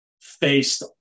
faced